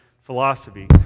philosophy